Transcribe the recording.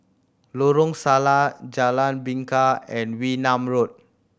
Lorong Salleh Jalan Bingka and Wee Nam Road